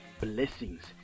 blessings